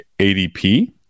ADP